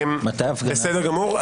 בסדר גמור,